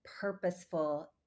purposeful